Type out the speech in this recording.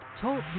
Talk